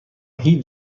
هیچ